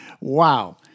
Wow